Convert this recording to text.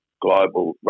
global